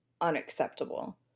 unacceptable